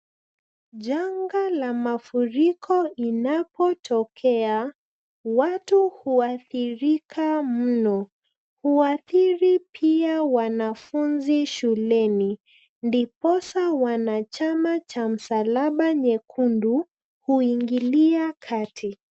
Janga la mafuriko inapotokea watu huathirika mno. Huathiri pia wanafunzi shuleni ndiposa wanachama cha Msalaba Nyekundu huingilia kati.